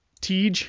Tej